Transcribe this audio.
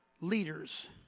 leaders